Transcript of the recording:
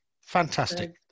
Fantastic